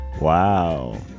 Wow